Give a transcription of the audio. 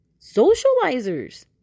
socializers